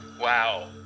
Wow